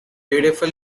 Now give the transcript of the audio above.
beautiful